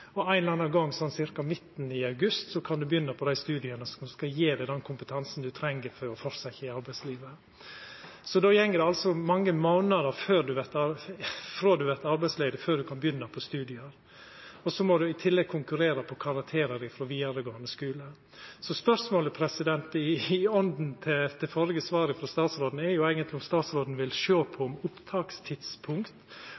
gong, ca. midt i august, kan ein begynna på det studiet som skal gje ein den kompetansen som ein treng for å fortsetja i arbeidslivet. Så det går altså mange månader frå ein vert arbeidslaus til ein kan begynna på studiet. I tillegg må ein konkurrera på karakterar frå vidaregåande skule. Spørsmålet, som er i same ånda som det førre svaret frå statsråden, er eigentleg om statsråden vil sjå